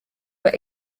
were